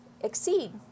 exceed